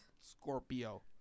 Scorpio